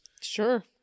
Sure